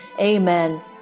amen